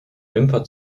wimper